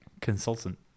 consultant